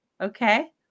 Okay